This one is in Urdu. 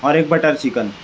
اور ایک بٹر چکن